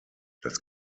das